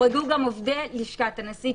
יוחרגו גם עובדי לשכת הנשיא,